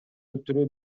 өлтүрүү